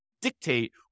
dictate